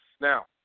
Now